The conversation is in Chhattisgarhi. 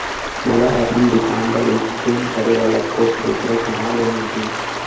मोला अपन दुकान बर इसकेन करे वाले कोड कइसे अऊ कहाँ ले मिलही?